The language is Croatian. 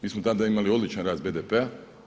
Mi smo tada imali odličan rast BDP-a.